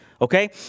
okay